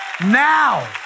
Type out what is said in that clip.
now